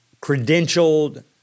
credentialed